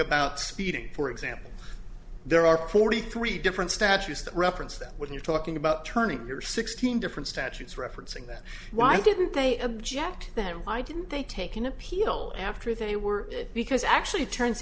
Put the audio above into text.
about speeding for example there are forty three different statutes that referenced that when you're talking about turning your sixteen different statutes referencing that why didn't they object that why didn't they take an appeal after they were because actually it turns